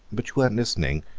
but you weren't listening.